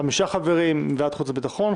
חמישה חברים מוועדת החוץ והביטחון,